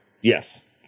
Yes